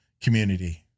community